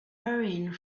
hurrying